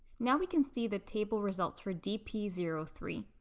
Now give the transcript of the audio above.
now we can see the table result for d p zero three.